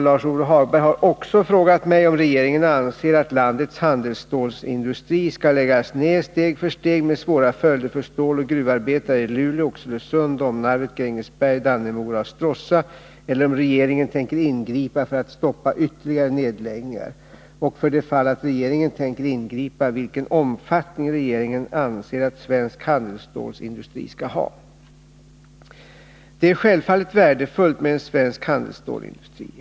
Lars-Ove Hagberg har också frågat mig om regeringen anser att landets handelsstålsindustri skall läggas ned steg för steg med svåra följder för ståloch gruvarbetare i Luleå, Oxelösund, Domnarvet, Grängesberg, Dannemora och Stråssa eller om regeringen tänker ingripa för att stoppa ytterligare nedläggningar och, för det fall att regeringen tänker ingripa, vilken 45 Det är självfallet värdefullt med en svensk handelsstålsindustri.